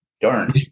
darn